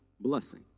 blessing